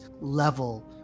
level